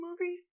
movie